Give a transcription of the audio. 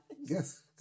yes